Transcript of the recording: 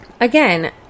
Again